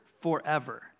forever